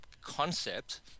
concept